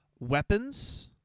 weapons